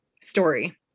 story